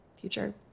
future